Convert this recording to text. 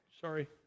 Sorry